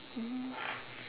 mm